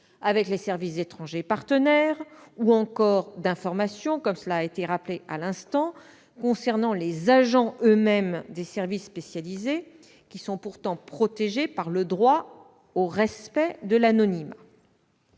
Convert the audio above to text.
avec les services étrangers partenaires ou encore d'informations, comme cela a été rappelé à l'instant, concernant les agents des services spécialisés, qui sont pourtant protégés par le droit au respect de l'anonymat.